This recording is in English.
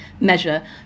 measure